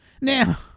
Now